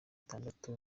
atandatu